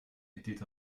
était